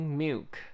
milk，